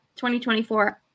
2024